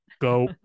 Go